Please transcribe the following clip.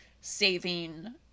saving